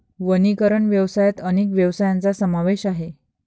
वनीकरण व्यवसायात अनेक व्यवसायांचा समावेश आहे